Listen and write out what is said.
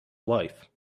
wife